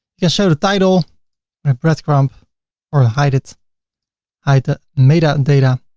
yeah show the title, and bread crumb or hide it hide the meta and data.